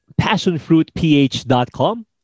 passionfruitph.com